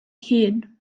hun